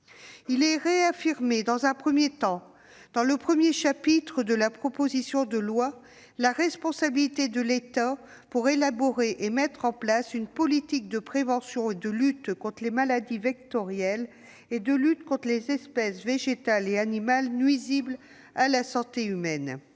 notre territoire. Dans un premier temps- dans le chapitre I de la proposition de loi -, la responsabilité de l'État pour élaborer et mettre en place une politique de prévention et de lutte contre les maladies vectorielles et contre les espèces végétales et animales nuisibles à la santé humaine